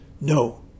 No